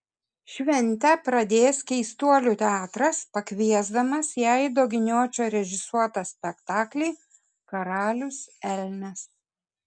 šventę pradės keistuolių teatras pakviesdamas į aido giniočio režisuotą spektaklį karalius elnias